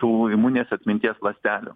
tų imuninės atminties ląstelių